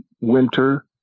Winter